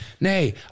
nay